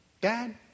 Dad